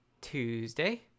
Tuesday